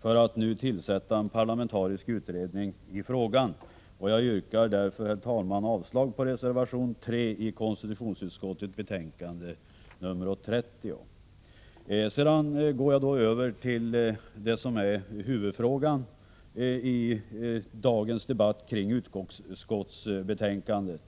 för att nu tillsätta en parlamentarisk utredning i frågan. Jag yrkar därför bifall till utskottets hemställan under mom. 2, vilket innebär avslag på reservation 3. Sedan går jag över till det som är huvudfrågan i dagens debatt kring utskottsbetänkandet.